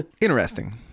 interesting